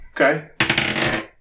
Okay